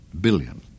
billion